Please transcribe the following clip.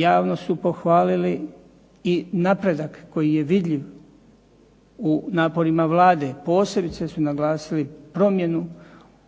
Javno su pohvalili i napredak koji je vidljiv u naporima Vlade. Posebice su naglasili promjenu